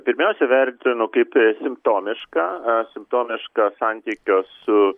pirmiausia vertinu kaip simptomišką simptomišką santykio su